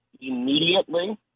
immediately